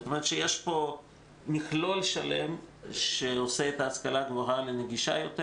זאת אומרת שיש פה מכלול שלם שעושה את ההשכלה הגבוהה לנגישה יותר,